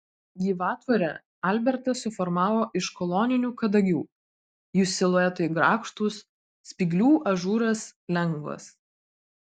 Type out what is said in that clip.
gyvatvorę albertas suformavo iš koloninių kadagių jų siluetai grakštūs spyglių ažūras lengvas